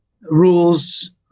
rules